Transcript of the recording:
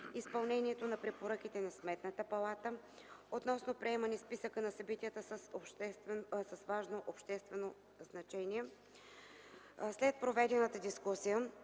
изпълнението на препоръките на Сметната палата; - относно приемането на Списъка на събитията с важно обществено значение. След проведената дискусия